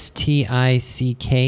Stick